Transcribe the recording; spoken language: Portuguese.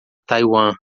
taiwan